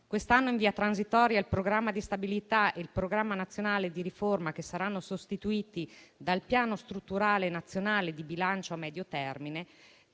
Quest'anno, in via transitoria, il Programma di stabilità e il Programma nazionale di riforma saranno sostituiti dal Piano strutturale nazionale di bilancio a medio termine;